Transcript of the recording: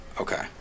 Okay